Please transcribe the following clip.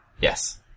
Yes